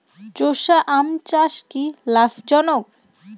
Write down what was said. চোষা আম চাষ কি লাভজনক?